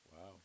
Wow